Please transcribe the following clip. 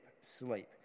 sleep